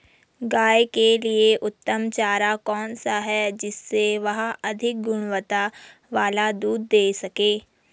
गाय के लिए उत्तम चारा कौन सा है जिससे वह अधिक गुणवत्ता वाला दूध दें सके?